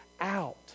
out